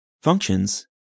functions